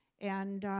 and